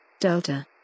Delta